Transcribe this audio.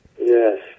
Yes